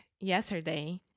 yesterday